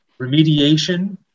remediation